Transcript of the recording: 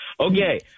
Okay